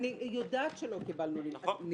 אני יודעת שלא קיבלנו נימוק.